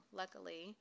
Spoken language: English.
luckily